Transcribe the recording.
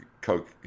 coke